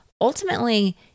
ultimately